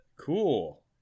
Cool